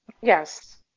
Yes